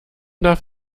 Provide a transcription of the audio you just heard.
darf